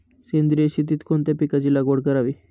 सेंद्रिय शेतीत कोणत्या पिकाची लागवड करावी?